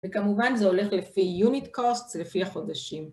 וכמובן זה הולך לפי unit costs לפי החודשים